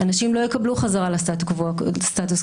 אנשים לא יקבלו חזרה לסטטוס קוו הקודם,